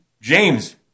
James